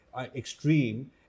extreme